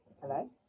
hello